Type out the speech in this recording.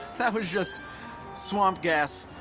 that was just swamp gas.